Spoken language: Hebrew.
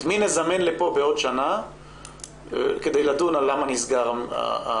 את מי נזמן לפה בעוד שנה כדי לדון על למה נסגר המרכז,